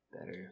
better